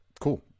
cool